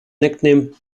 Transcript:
nickname